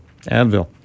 Advil